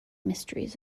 mysteries